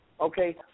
Okay